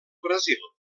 brasil